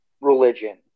religion